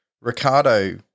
Ricardo